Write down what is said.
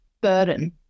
burden